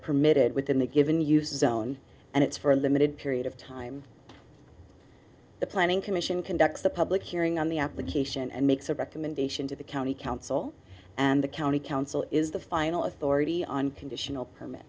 permitted within the given use zone and it's for a limited period of time the planning commission conducts the public hearing on the application and makes a recommendation to the county council and the county council is the final authority on conditional permit